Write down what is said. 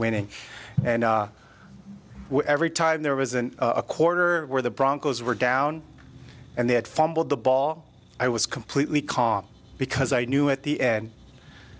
winning and every time there was an a quarter where the broncos were down and they had fumbled the ball i was completely calm because i knew at the end